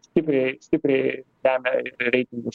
stipriai stipriai lemia ir reitingus